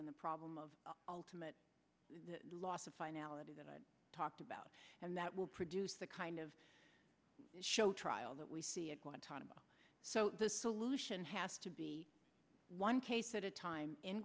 and the problem of ultimate loss of finality that i talked about and that will produce the kind of show trial that we see a guantanamo so the solution has to be one case at a time in